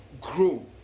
grow